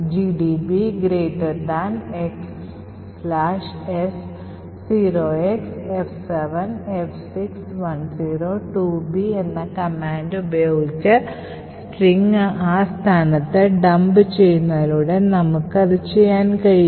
gdb xs 0XF7F6102B എന്ന command ഉപയോഗിച്ച് string ആ സ്ഥാനത്ത് Dump ചെയ്യുന്നതിലൂടെ നമുക്ക് അത് ചെയ്യാൻ കഴിയും